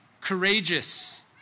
courageous